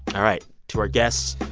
all right. to our guests,